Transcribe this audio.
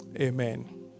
amen